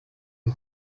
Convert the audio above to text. sie